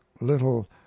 little